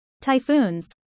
Typhoons